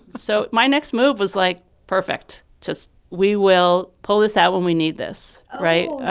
so my next move was, like, perfect. just we will pull this out when we need this, right?